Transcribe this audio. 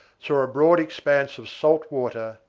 saw a broad expense of salt water,